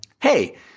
hey